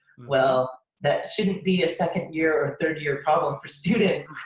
well that shouldn't be a second year or third year problem for students.